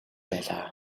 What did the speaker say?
байлаа